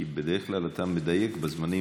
כי בדרך כלל אתה מדייק בזמנים,